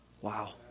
Wow